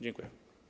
Dziękuję.